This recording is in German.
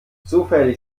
zufällig